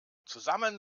zusammen